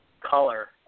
color